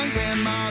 Grandma